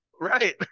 Right